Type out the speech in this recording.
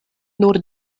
nur